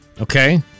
Okay